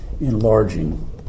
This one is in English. enlarging